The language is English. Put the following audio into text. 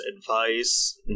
advice